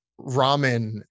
ramen